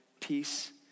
peace